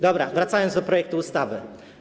Dobra, wracam do projektu ustawy.